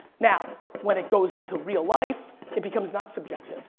now when it goes into real life it becomes not subjective.